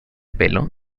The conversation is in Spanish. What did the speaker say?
pelo